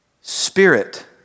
spirit